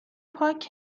پاک